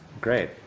Great